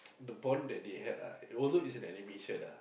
the bond that they had ah although it was an animation ah